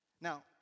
Now